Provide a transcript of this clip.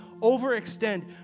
overextend